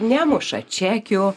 nemuša čekių